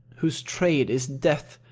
whose trade is death,